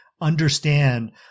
understand